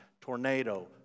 tornado